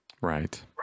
Right